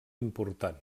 important